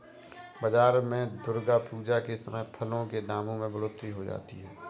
बाजार में दुर्गा पूजा के समय फलों के दामों में बढ़ोतरी हो जाती है